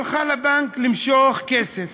הלכה לבנק למשוך כסף.